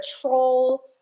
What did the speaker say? troll